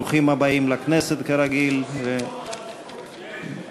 ברוכים הבאים לכנסת, כרגיל, עושים דוח על נוכחות.